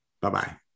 Bye-bye